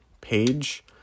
page